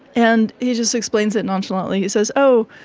and he just explains it nonchalantly, he says, oh,